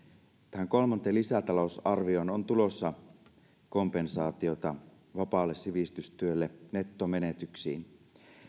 tähän kolmanteen lisätalousarvioon on tulossa kompensaatiota vapaalle sivistystyölle nettomenetyksiin